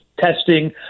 testing